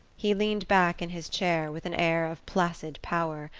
he leaned back in his chair with an air of placid power,